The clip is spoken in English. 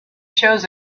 chose